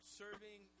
serving